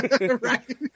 Right